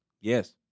Yes